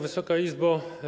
Wysoka Izbo!